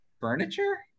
Furniture